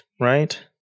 right